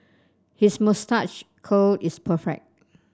his moustache curl is perfect